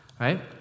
right